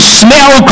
smell